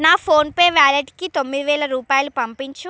నా ఫోన్పే వ్యాలెట్కి తొమ్మిది వేల రూపాయలు పంపించుము